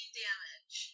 damage